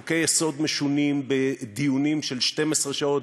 חוקי-יסוד משונים בדיונים של 12 שעות,